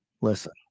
Listen